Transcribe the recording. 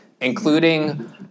including